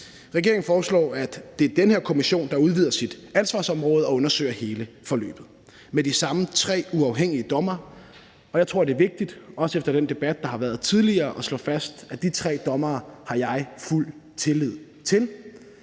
Regeringen foreslår, at det er den her kommission, der udvider sit ansvarsområde og undersøger hele forløbet med de samme tre uafhængige dommere. Og jeg tror, det er vigtigt – også efter den debat, der har været tidligere – at slå fast, at de tre dommere har jeg fuld tillid til.